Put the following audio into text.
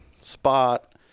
spot